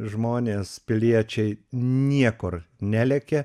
žmonės piliečiai niekur nelekia